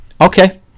Okay